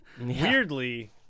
Weirdly